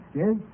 yes